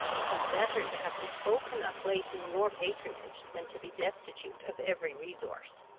it was better to have bespoken a place in your patronage than to be destitute of every resource.